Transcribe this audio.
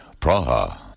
Praha